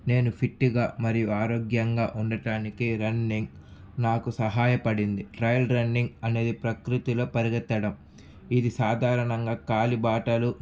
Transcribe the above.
నేను ఫిట్టుగా మరియు ఆరోగ్యంగా ఉండడానికి రన్నింగ్ నాకు సహాయ పడింది ట్రైల్ రన్నింగ్ అనేది ప్రకృతిలో పరిగెత్తడం ఇది సాధారణంగా కాలి బాటలు